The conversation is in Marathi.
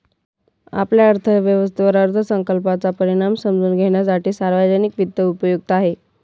आपल्या अर्थव्यवस्थेवर अर्थसंकल्पाचा परिणाम समजून घेण्यासाठी सार्वजनिक वित्त उपयुक्त आहे